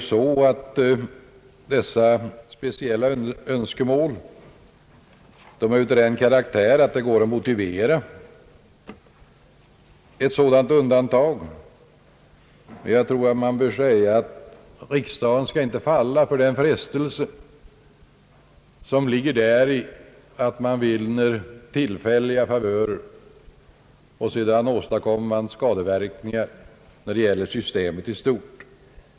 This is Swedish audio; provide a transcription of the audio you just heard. Dessa speciella önskemål om undanlag är av den karaktären att de låter sig motivera. Men riksdagen bör inte falla för den frestelse, som ligger i att man vinner tillfälliga favörer men åstadkommer skadeverkningar för systemet i stort.